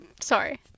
sorry